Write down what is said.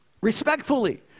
respectfully